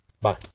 Bye